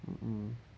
mm mm